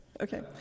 okay